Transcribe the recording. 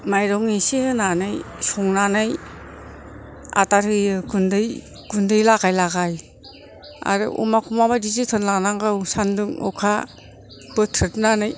मायरं एसे होनानै संनानै आदार होयो गुन्दै गुन्दै लागाय लागाय आरो अमाखौ माबादि जोथोन लानांगौ सान्दुं अखा बोथ्रोदनानै